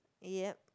ya